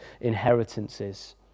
inheritances